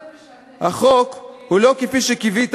מה זה משנה, החוק הוא לא כפי שקיווית,